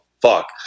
fuck